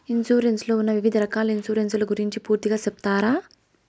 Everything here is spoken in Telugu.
ఇన్సూరెన్సు లో ఉన్న వివిధ రకాల ఇన్సూరెన్సు ల గురించి పూర్తిగా సెప్తారా?